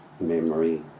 memory